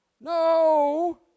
No